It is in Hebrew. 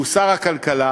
שהוא שר הכלכלה,